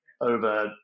over